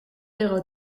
euro